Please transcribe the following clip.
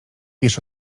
wiesz